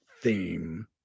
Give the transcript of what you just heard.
theme